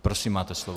Prosím, máte slovo.